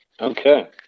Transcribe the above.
okay